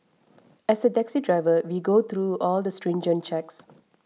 as a taxi driver we go through all the stringent checks